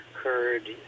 occurred